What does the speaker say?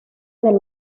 del